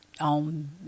On